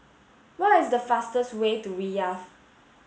what is the fastest's way to Riyadh